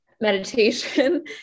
meditation